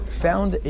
found